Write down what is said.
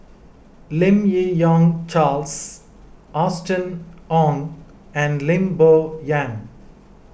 Lim Yi Yong Charles Austen Ong and Lim Bo Yam